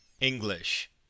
English